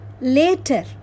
later